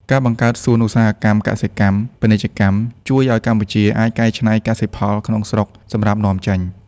ការបង្កើតសួនឧស្សាហកម្មកសិកម្ម-ពាណិជ្ជកម្ម ជួយឱ្យកម្ពុជាអាចកែច្នៃកសិផលក្នុងស្រុកសម្រាប់នាំចេញ។